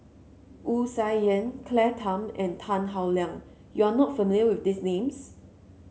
Wu Tsai Yen Claire Tham and Tan Howe Liang you are not familiar with these names